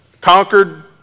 conquered